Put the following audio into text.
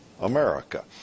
America